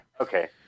okay